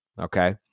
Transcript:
Okay